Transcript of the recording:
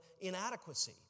inadequacy